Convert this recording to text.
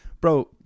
Bro